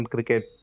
Cricket